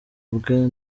bwe